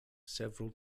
several